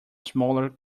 smaller